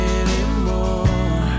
anymore